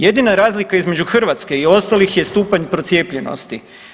Jedina razlika između Hrvatske i ostalih je stupanj procijepljenosti.